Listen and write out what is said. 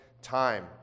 Time